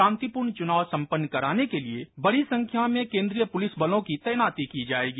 शांतिपूर्ण चुनाव संपन्न कराने के लिए बड़ी संख्या में केंद्रीय पुलिस बलों की तैनाती की जाएगी